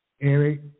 Eric